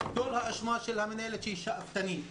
כל האשמה של המנהלת זה שהיא שאפתנית.